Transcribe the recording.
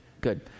good